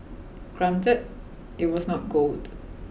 granted it was not gold